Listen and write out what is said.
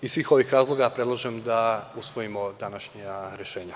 Iz svih ovih razloga predlažem da usvojimo današnja rešenja.